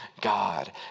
God